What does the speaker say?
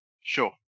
Sure